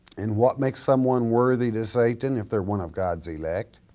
and what makes someone worthy to satan? if they're one of god's elect.